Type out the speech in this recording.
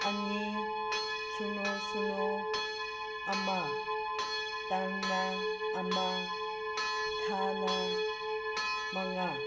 ꯑꯅꯤ ꯁꯤꯅꯣ ꯁꯤꯅꯣ ꯑꯃ ꯇꯥꯡꯅ ꯑꯃ ꯊꯥꯅ ꯃꯉꯥ